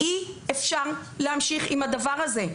אי-אפשר להמשיך עם הדבר הזה.